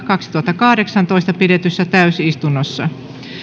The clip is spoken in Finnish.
kaksituhattakahdeksantoista pidetyssä täysistunnossa